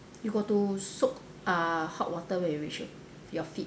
you go to soak uh hot water when you reach home your feet